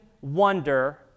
wonder